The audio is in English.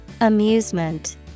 Amusement